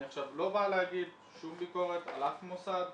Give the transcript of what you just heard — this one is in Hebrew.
אני עכשיו לא בא להגיד שום ביקורת על אף מוסד,